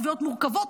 קביעות מורכבות,